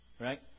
Right